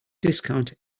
discount